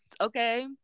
okay